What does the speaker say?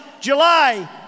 July